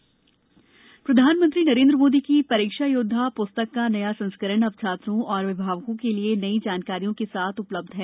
परीक्षा योद्वा पुस्तक प्रधानमंत्री नरेंद्र मोदी की परीक्षा योद्वा प्स्तक का नया संस्करण अब छात्रों और अभिभावकों के लिए नई जानकारियों के साथ उपलब्ध है